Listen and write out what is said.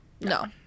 No